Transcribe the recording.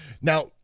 Now